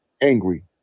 angry